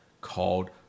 called